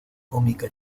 cómica